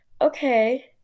okay